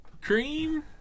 Cream